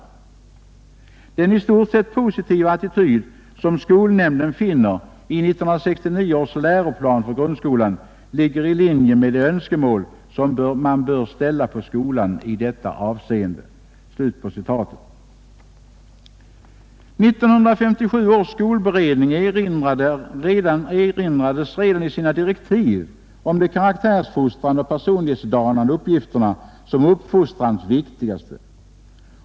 Den i stort sett positiva attityd, som skolnämnden finner i 1969 års läroplan för grundskolan, ligger i linje med de önskemål, som man bör ställa på skolan i detta avseende.” 1957 års skolberedning erinrades redan i sina direktiv om de karaktärsfostrande och personlighetsdanande uppgifterna som uppfostrans viktigaste.